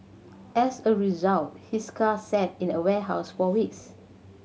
as a result his car sat in a warehouse for weeks